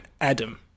Adam